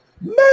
Man